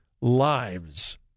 lives